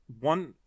one